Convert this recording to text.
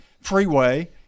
freeway